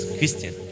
Christian